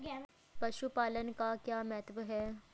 पशुपालन का क्या महत्व है?